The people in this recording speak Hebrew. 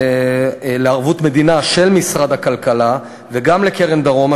לערבות מדינה של משרד הכלכלה וגם לקרן "דרומה",